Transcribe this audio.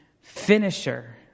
finisher